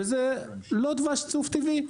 וזה לא דבש צוף טבעי.